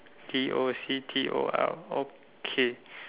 D O C T O R okay